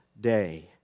day